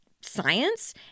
science